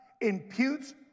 imputes